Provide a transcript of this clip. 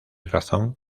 razón